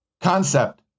concept